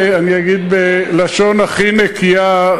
אני אגיד בלשון הכי נקייה,